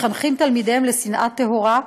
מחנכים את תלמידיהם לשנאה טהורה,